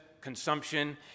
consumption